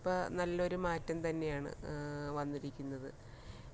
ഇപ്പം നല്ലൊരു മാറ്റം തന്നെയാണ് വന്നിരിക്കുന്നത്